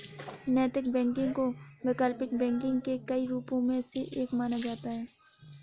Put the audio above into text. नैतिक बैंकिंग को वैकल्पिक बैंकिंग के कई रूपों में से एक माना जाता है